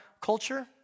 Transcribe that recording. culture